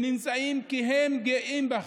שנמצאים שם, כי הם גאים בכן.